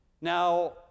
Now